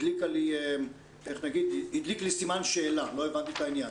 הדליקה לי סימן שאלה, לא הבנתי את העניין.